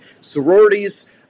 Sororities